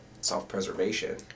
self-preservation